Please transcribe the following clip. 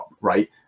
right